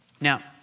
Now